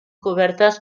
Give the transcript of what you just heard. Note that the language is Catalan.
cobertes